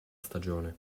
stagione